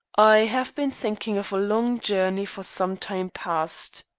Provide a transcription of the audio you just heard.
i have been thinking of a long journey for some time past.